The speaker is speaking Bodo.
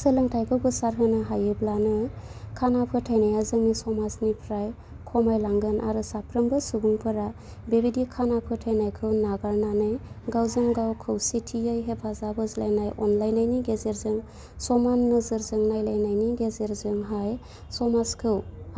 सोलोंथाइखौ गोसारहोनो हायोब्लानो खाना फोथायनाया जोंनि समाजनिफ्राय खमायलांगोन आरो साफ्रोमबो सुबुंफोरा बेबायदि खाना फोथायनायखौ नागारनानै गावजों गाव खौसेथियै हेफाजाब होज्लायनाय अनलायनायनि गेजेरजों समान नोजोरजों नायलायनायनि गेजेरजोंहाय समाजखौ